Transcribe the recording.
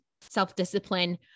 self-discipline